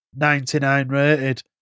99-rated